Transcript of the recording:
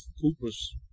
Cooper's